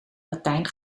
latijn